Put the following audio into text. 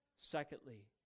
Secondly